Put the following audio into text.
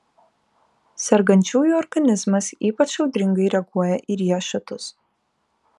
sergančiųjų organizmas ypač audringai reaguoja į riešutus